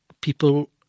people